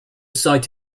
site